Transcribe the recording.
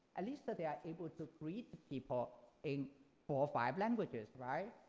at least that they are able to greet people in four or five languages, right?